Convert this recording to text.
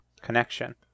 Connection